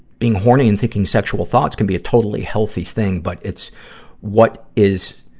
being horny and thinking sexual thoughts can be a totally healthy thing, but it's what is,